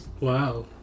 Wow